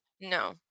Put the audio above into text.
No